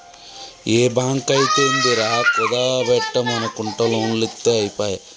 ఏ బాంకైతేందిరా, కుదువ బెట్టుమనకుంట లోన్లిత్తె ఐపాయె